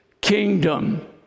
kingdom